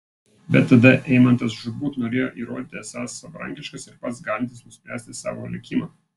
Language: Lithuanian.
bet tada eimantas žūtbūt norėjo įrodyti esąs savarankiškas ir pats galintis nuspręsti savo likimą